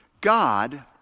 God